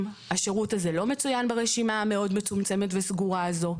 - השירות הזה לא מצוין ברשימה המאוד מצומצמת וסגורה הזו.